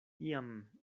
iam